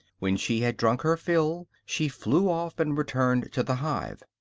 when she had drunk her fill, she flew off and returned to the hive.